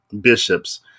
Bishops